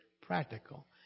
practical